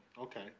Okay